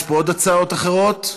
יש פה הצעות אחרות?